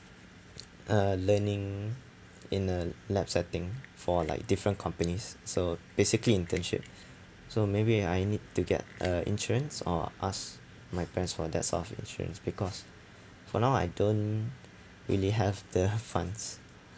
uh learning in a lab setting for like different companies so basically internship so maybe I need to get uh insurance or ask my parents for that sort of insurance because for now I don't really have the funds